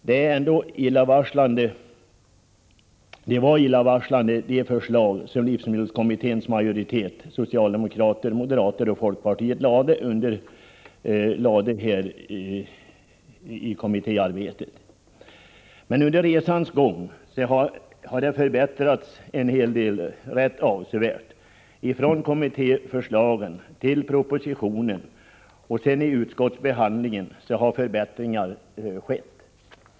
Det förslag som livsmedelskommitténs majoritet, bestående av socialdemokrater, moderater och folkpartiet, lade fram var illavarslande. Men under resans gång, från kommittéförslaget till propositionen och sedan till utskottsbehandlingen, har avsevärda förbättringar skett.